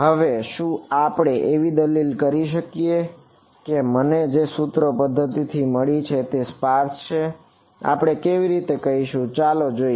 હવે શું આપણે એવી દલીલ કરી શકીએ કે મને જે સૂત્રોની પદ્ધતિ મળી છે તે સ્પાર્સ છે આપણે તે કેવી રીતે કરીશું ચાલો તે જોઈએ